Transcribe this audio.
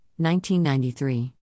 1993